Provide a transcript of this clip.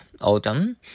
autumn